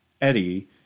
Eddie